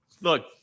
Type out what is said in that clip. Look